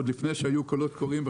עוד לפני שהיו קולות קוראים,